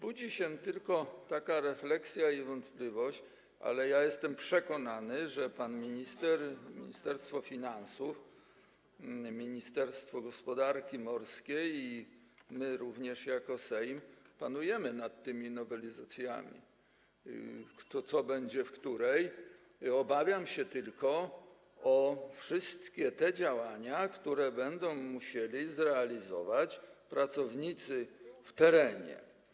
Budzi się tylko taka refleksja, wątpliwość - ale ja jestem przekonany, że pan minister, Ministerstwo Finansów, ministerstwo gospodarki morskiej i my również, jako Sejm, panujemy nad tymi nowelizacjami, tym, co będzie w której - co do wszystkich tych działań, które będą musieli zrealizować pracownicy w terenie.